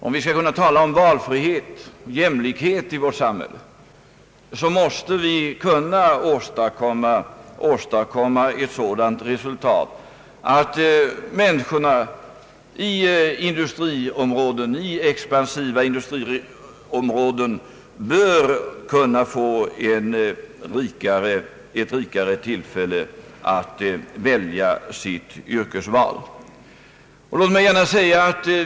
Om vi skall kunna tala om valfrihet och jämlikhet i vårt samhälle, måste vi åstadkomma ett sådant resultat att Ang. sysselsättningsläget i Ådalen människorna i det expansiva industriområdet får rikare tillfällen att göra sitt yrkesval.